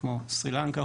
כמו סרי לנקה,